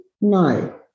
no